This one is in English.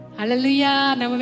Hallelujah